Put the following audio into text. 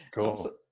Cool